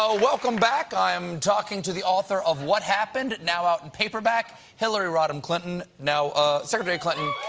ah welcome back. i am talking to the author of what happened now out in paperback, hillary rodham clinton, now secretary clinton